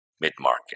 mid-market